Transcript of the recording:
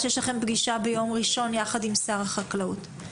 שיש לכם פגישה ביום ראשון עם שר החקלאות.